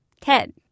Ted